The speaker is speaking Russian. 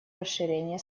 расширения